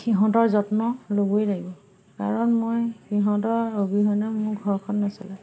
সিহঁতৰ যত্ন ল'বই লাগিব কাৰণ মই সিহঁতৰ অবিহনে মোৰ ঘৰখন নচলে